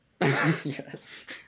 Yes